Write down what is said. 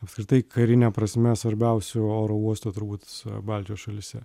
apskritai karine prasme svarbiausių oro uostų turbūt baltijos šalyse